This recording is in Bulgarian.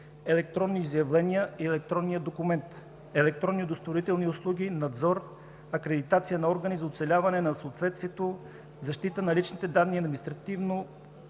електронни изявления и електронния документ, електронни удостоверителни услуги, надзор, акредитация на органи за оцеляване на съответствието, защита на личните данни и административно